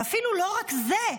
ואפילו לא רק זה,